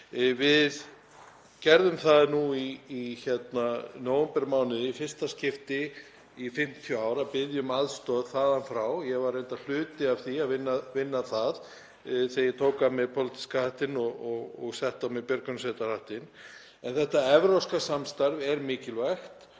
Við gerðum það nú í nóvembermánuði í fyrsta skipti í 50 ár að biðja um aðstoð þaðan frá og ég var reyndar hluti af því að vinna það þegar ég tók af mér pólitíska hattinn og setti á mig björgunarsveitarhattinn. En þetta evrópska samstarf er mikilvægt